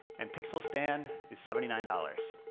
and pixel stand is seventy nine dollars.